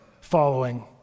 following